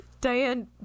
Diane